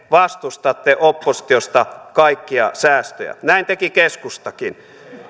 vastustatte oppositiosta kaikkia säästöjä näin teki keskustakin